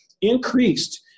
increased